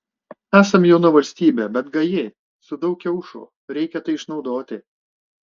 esam jauna valstybė bet gaji su daug kiaušų reikia tai išnaudoti